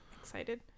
excited